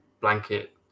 blanket